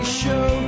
show